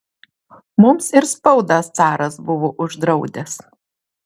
mums ir spaudą caras buvo uždraudęs